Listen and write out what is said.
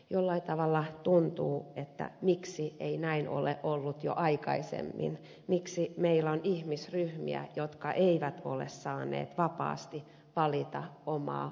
jollain tavalla tuntuu että miksi ei näin ole ollut jo aikaisemmin miksi meillä on ihmisryhmiä jotka eivät ole saaneet vapaasti valita omaa asuinpaikkaansa